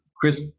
Chris